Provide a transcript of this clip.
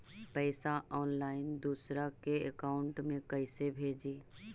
पैसा ऑनलाइन दूसरा के अकाउंट में कैसे भेजी?